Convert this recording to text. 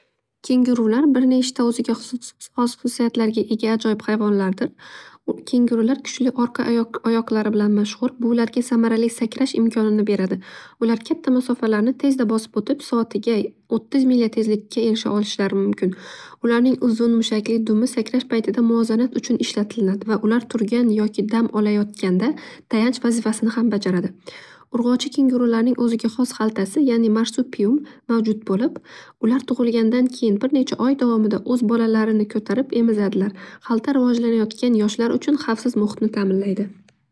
Kengrular bir nechta o'ziga xos xususiyatlarga ega hayvonlardir. Kengrular kuchli orqa oyoqlari bilan mashhur. Bu ularga samarali sakrash imkonini beradi. Ular katta masofalarni tezda bosib o'tib soatiga o'ttiz ml tezlikka erisha olishlari mumkin. Ularning uzun mushakli dumi sakrash paytida muvozanat uchun ishlatiladi. Ular turgan yoki dam olayotganda tayanch vazifasini ham bajaradi. Urg'ochi kengurularning o'ziga xos haltasi ya'ni marsipium mavjud bo'lib ular tug'ilgandan keyin bir necha oy davomida o'z bolalarini ko'tarib emizadilar. Xalta rivojlanayotgan yoshlar uchun xavfsiz muhitni taminlaydi.